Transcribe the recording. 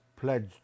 pledged